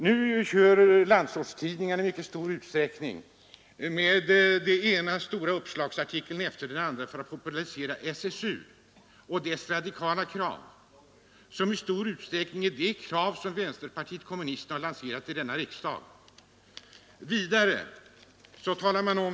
Nu kör landsortstidningarna med den ena stora uppslagsartikeln efter den andra för att popularisera SSU och dess radikala krav, som i väsentliga delar är de krav som vänsterpartiet kommunisterna har lanserat i denna riksdag.